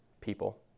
people